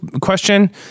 question